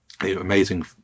Amazing